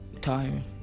tired